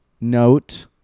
note